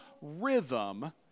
rhythm